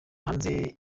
hanze